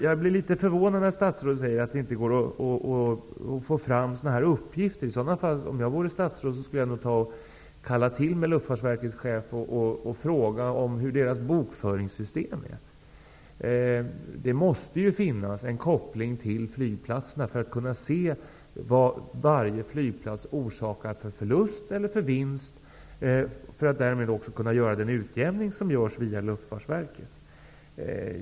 Jag blir litet förvånad när statsrådet säger att det inte går att få fram uppgifter. Om jag vore statsråd skulle jag kalla till mig Luftfartsverkets chef och fråga hur bokföringssystemet är uppbyggt. Det måste ju finnas en koppling till flygplatserna, för att därigenom kunna se vad varje flygplats orsakar för förlust eller vinst. Därmed kan den utjämning göras som Luftfartsverket står för.